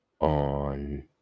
on